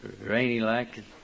rainy-like